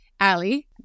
Ali